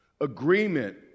Agreement